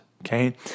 Okay